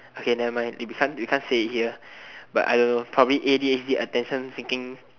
okay nevermind we can't we can't say it here but I don't know probably a_d_h_d attention seeking